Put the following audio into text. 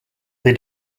they